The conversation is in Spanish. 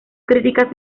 críticas